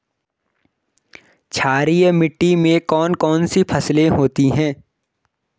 क्षारीय मिट्टी में कौन कौन सी फसलें होती हैं?